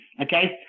Okay